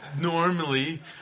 normally